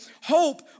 Hope